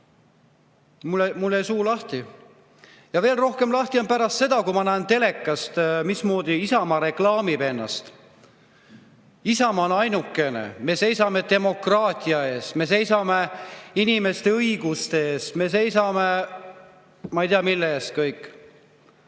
Mul jäi suu lahti. Ja veel rohkem lahti on see pärast seda, kui ma näen telekast, mismoodi Isamaa reklaamib ennast: "Isamaa on ainukene!", "Me seisame demokraatia eest!", "Me seisame inimeste õiguste eest!", "Me seisame ..." Ma ei tea, mille eest kõik.